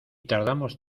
tardamos